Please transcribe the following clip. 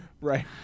Right